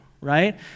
right